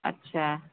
अच्छा